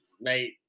mate